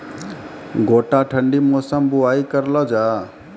गोटा ठंडी मौसम बुवाई करऽ लो जा?